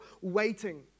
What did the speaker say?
waiting